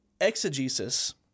exegesis